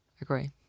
Agree